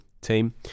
Team